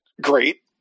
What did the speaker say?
great